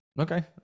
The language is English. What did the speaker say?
okay